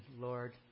Lord